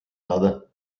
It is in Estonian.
saada